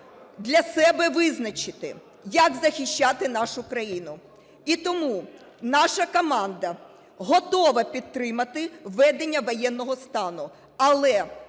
для себе визначити, як захищати нашу країну. І тому наша команда готова підтримати введення воєнного стану.